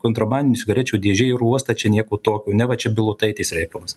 kontrabandinių cigarečių dėžė į oro uostą čia nieko tokio neva čia bilotaitės reikalas